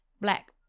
Black